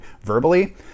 verbally